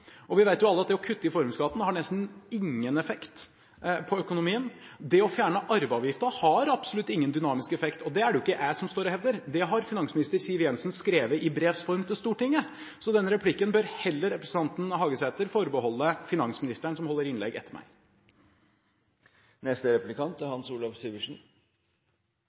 formuesskatten. Vi vet alle at det å kutte i formuesskatten har nesten ingen effekt på økonomien. Det å fjerne arveavgiften har absolutt ingen dynamisk effekt, og det er det ikke jeg som står og hevder. Det har finansminister Siv Jensen skrevet i brevs form til Stortinget. Så denne replikken bør representanten Hagesæter heller forbeholde finansministeren, som holder innlegg etter